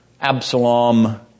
Absalom